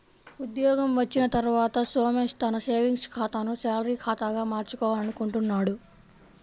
ఉద్యోగం వచ్చిన తర్వాత సోమేష్ తన సేవింగ్స్ ఖాతాను శాలరీ ఖాతాగా మార్చుకోవాలనుకుంటున్నాడు